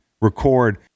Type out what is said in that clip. Record